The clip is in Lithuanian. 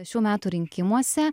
šių metų rinkimuose